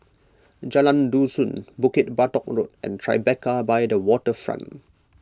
Jalan Dusun Bukit Batok Road and Tribeca by the Waterfront